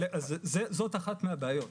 זאת אחת מן הבעיות.